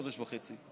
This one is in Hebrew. חודש וחצי.